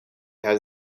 has